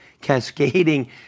cascading